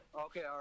Okay